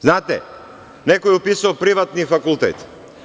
Znate, neko je upisao privatni fakultet.